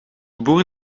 boer